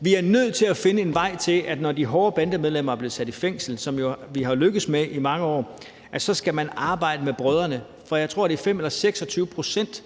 Vi er nødt til at finde en vej til – når de hårde bandemedlemmer er blevet sat i fængsel, som vi jo er lykkedes med i mange år – at arbejde med brødrene, for jeg tror, det er 25 eller 26 pct.